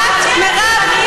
מירב,